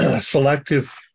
Selective